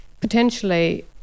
potentially